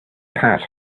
path